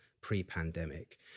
pre-pandemic